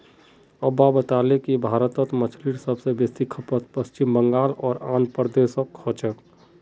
अब्बा बताले कि भारतत मछलीर सब स बेसी खपत पश्चिम बंगाल आर आंध्र प्रदेशोत हो छेक